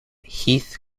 heath